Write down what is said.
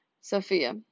Sophia